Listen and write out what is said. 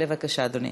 בבקשה, אדוני.